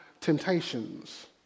temptations